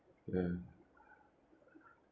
ya